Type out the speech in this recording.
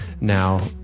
now